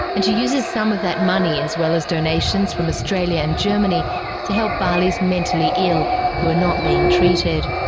and she uses some of that money as well as donations from australia and germany to help bali's mentally ill who are not being treated.